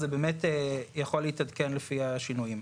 זה באמת יכול להתעדכן לפי השינויים.